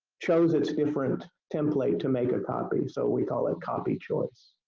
chose its different template to make a copy so we call it copy choice.